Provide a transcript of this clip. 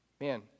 Man